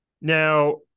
Now